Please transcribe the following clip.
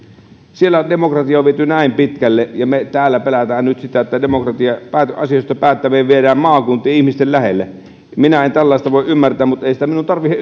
siellä on demokratia viety näin pitkälle ja me täällä pelkäämme nyt sitä että demokratia ja asioista päättäminen viedään maakuntiin ihmisten lähelle minä en tällaista voi ymmärtää mutta ei sitä minun tarvitse